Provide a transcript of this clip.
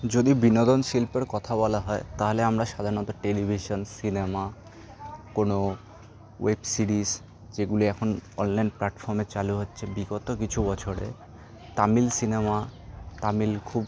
যদি বিনোদন শিল্পের কথা বলা হয় তাহলে আমরা সাধারণত টেলিভিশান সিনেমা কোনো ওয়েবসিরিস যেগুলি এখন অনলাইন প্ল্যাটফর্মে চালু হচ্ছে বিগত কিছু বছরে তামিল সিনেমা তামিল খুব